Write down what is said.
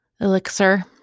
elixir